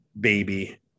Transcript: baby